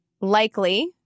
likely